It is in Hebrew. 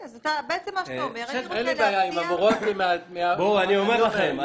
אני אומר לכם.